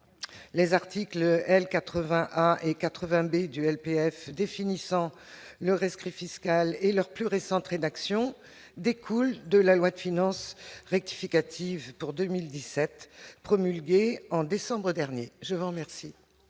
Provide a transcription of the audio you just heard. les articles L 80 et 80 B. duel PF définissant le rescrit fiscal et leur plus récente rédaction découle de la loi de finances rectificative pour 2017 promulguée en décembre dernier, je vous remercie.